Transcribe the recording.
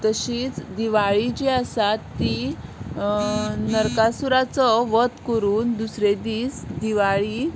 तशीच दिवाळी जी आसा ती नरकासुराचो वद करून दुसरे दीस दिवाळी